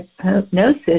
hypnosis